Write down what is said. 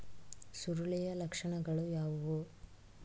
ಸುರುಳಿಯ ಲಕ್ಷಣಗಳು ಯಾವುವು?